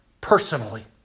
personally